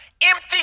empty